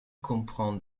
comprend